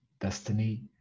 destiny